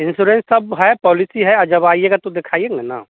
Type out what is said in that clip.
insurance सब है policy है जब आइएगा तो देखाएँगे न